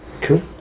Cool